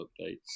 updates